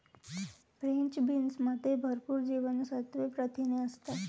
French बीन्समध्ये भरपूर जीवनसत्त्वे, प्रथिने असतात